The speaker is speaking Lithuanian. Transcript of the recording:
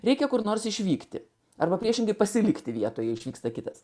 reikia kur nors išvykti arba priešingai pasilikti vietoje išvyksta kitas